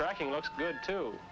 tracking looks good to